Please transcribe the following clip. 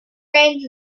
rains